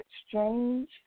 exchange